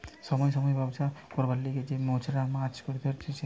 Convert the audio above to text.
সময় সময় ব্যবছা করবার লিগে যে মেছোরা মাছ ধরতিছে